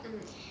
mm